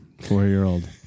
four-year-old